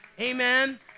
Amen